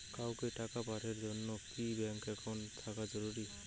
কাউকে টাকা পাঠের জন্যে কি ব্যাংক একাউন্ট থাকা জরুরি?